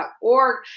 org